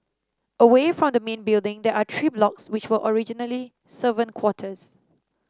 away from the main building there are three blocks which were originally servant quarters